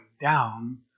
down